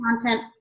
content